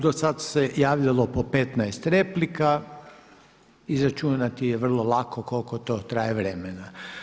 Do sada se javljalo po 15 replika, izračunati je vrlo lako koliko to traje vremena.